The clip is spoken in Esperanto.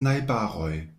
najbaroj